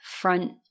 front